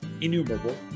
innumerable